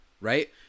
right